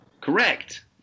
Correct